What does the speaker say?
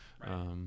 Right